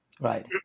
right